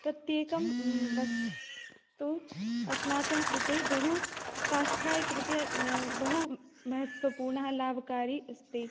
प्रत्येकं वस्तु अस्माकं कृते बहु स्वास्थायकृते बहु महत्वपूर्णः लाभकारि अस्ति